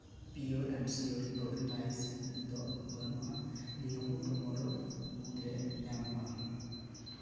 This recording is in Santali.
pure and sure broken rice ᱱᱤᱛᱳᱜ ᱵᱟᱹᱱᱩᱜᱼᱟ ᱱᱤᱭᱟᱹᱠᱚ ᱴᱩᱢᱳᱨᱳ ᱢᱩᱫ ᱨᱮ ᱧᱟᱢᱚᱜᱼᱟ